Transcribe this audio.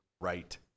right